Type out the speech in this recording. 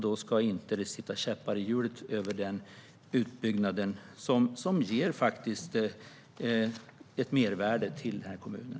Då ska det inte sättas käppar i hjulet för den utbyggnaden, som faktiskt ger ett mervärde till kommunen.